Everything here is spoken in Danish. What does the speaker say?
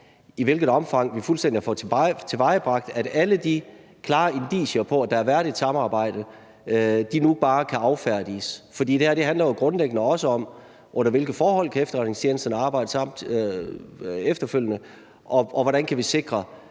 i hvilket omfang vi fuldstændig har fået tilvejebragt, at alle de klare indicier på, at der har været et samarbejde, nu bare kan affærdiges, og det her handler jo grundlæggende også om, under hvilke forhold efterretningstjenesterne efterfølgende kan arbejde, og hvordan vi kan sikre,